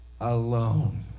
alone